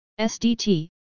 SDT